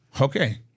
Okay